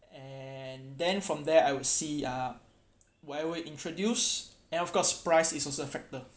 and then from there I will see uh whoever introduce and of course price is also a factor